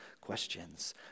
questions